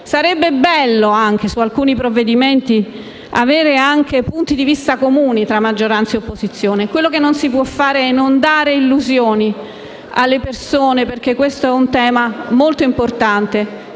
Sarebbe bello su alcuni provvedimenti avere punti di vista comuni tra maggioranza e opposizione. Quello che non si può fare è dare illusioni alle persone - questo è, infatti, un tema molto importante